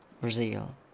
Brazil